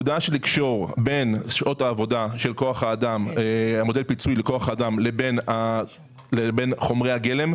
כאשר קושרים בין שעות העבודה של כוח האדם לבין חומרי הגלם,